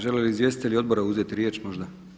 Žele li izvjestitelji odbora uzeti riječ možda?